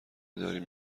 داریم